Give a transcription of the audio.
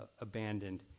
abandoned